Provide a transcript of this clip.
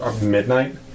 midnight